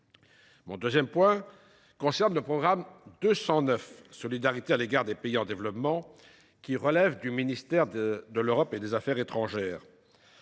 Mon deuxième point concerne le programme 209 « Solidarité à l’égard des pays en développement », qui relève du ministère de l’Europe et des affaires étrangères.